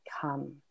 come